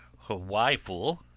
why, fool?